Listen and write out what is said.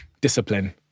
discipline